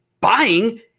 buying